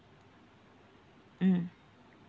mm